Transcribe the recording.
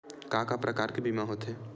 का का प्रकार के बीमा होथे?